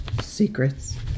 secrets